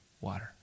water